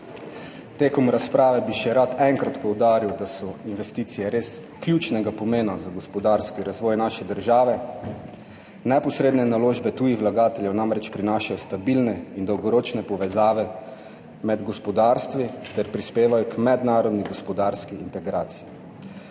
Tekom razprave bi še rad enkrat poudaril, da so investicije res ključnega pomena za gospodarski razvoj naše države. Neposredne naložbe tujih vlagateljev namreč prinašajo stabilne in dolgoročne povezave med gospodarstvi ter prispevajo k mednarodni gospodarski integraciji.